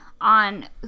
on